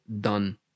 done